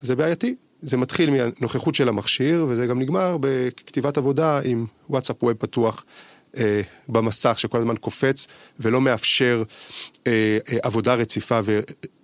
זה בעייתי, זה מתחיל מנוכחות של המכשיר וזה גם נגמר בכתיבת עבודה עם וואטסאפ ווב פתוח במסך שכל הזמן קופץ ולא מאפשר עבודה רציפה.